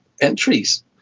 entries